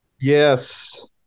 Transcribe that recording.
yes